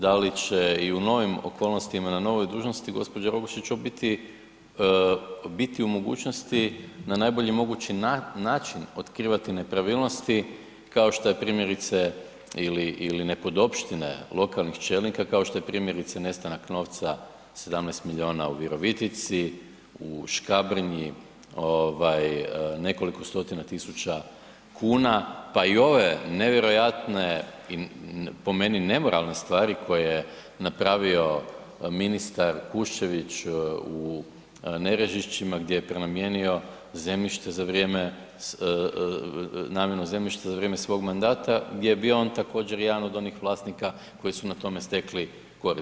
Da li će i u novim okolnostima na novoj dužnosti g. Rogošić u biti biti u mogućnosti na najbolji mogući način otkrivati nepravilnosti, kao što je primjerice ili nepodopštine lokalnih čelnika kao što je primjerice nestanak novca, 17 milijuna u Virovitici, u Škabrnji, nekoliko stotina tisuća kuna, pa i ove nevjerojatne, po meni nemoralne stvari koje je napravio ministar Kuščević u Nerežišćima gdje je prenamijenio zemljište za vrijeme namjenu zemljišta za vrijeme svog mandata gdje je bio on također jedan od onih vlasnika koji su na tome stekli korist.